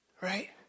right